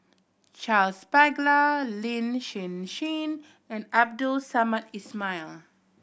Charles Paglar Lin Hsin Hsin and Abdul Samad Ismail